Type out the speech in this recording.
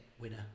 winner